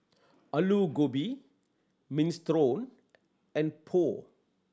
Alu Gobi Minestrone and Pho